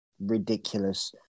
ridiculous